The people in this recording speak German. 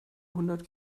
hundert